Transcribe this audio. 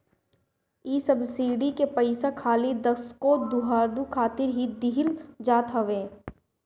इ सब्सिडी के पईसा खाली दसगो दुधारू खातिर ही दिहल जात हवे